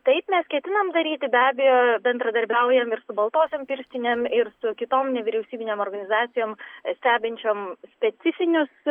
taip mes ketinam daryti be abejo bendradarbiaujam ir su baltosiom pirštinėm ir su kitom nevyriausybinėm organizacijom stebinčiom specifinius